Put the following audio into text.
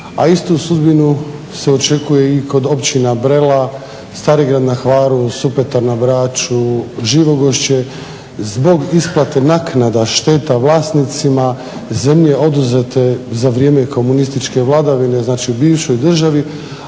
a istu sudbinu se očekuje i kod općina Brela, Stari grad na Hvaru, Supetar na Braču, Živogošće zbog isplate naknada šteta vlasnicima zemlje oduzete za vrijeme komunističke vladavine, znači bivšoj državi,